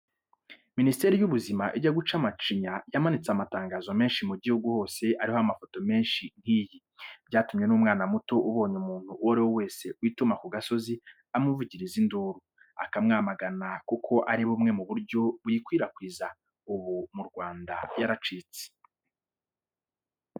Minisiteri y'Ubuzima ijya guca macinya, yamanitse amatangazo menshi mu gihugu hose ariho amafoto ameze nk'iyi; byatumye n'umwana muto ubonye umuntu uwo ariwe wese wituma ku gasozi, amuvugiriza induru, akamwamagana kuko ari bumwe mu buryo buyikwirakwiza, ubu mu Rwanda yaracitse.